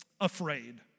afraid